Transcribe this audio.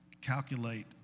calculate